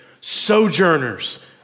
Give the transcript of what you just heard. Sojourners